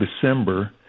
December